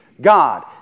God